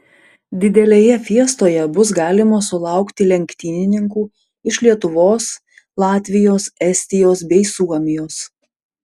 didelėje fiestoje bus galima sulaukti lenktynininkų iš lietuvos latvijos estijos bei suomijos